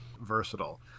versatile